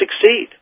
succeed